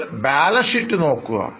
നിങ്ങൾ ബാലൻസ്ഷീറ്റ് നോക്കുക